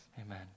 Amen